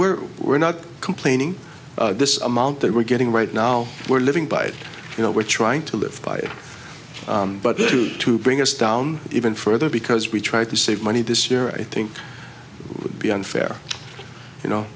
we're we're not complaining this amount they we're getting right now we're living by it you know we're trying to live by it but this is to bring us down even further because we try to save money this year i think would be unfair you know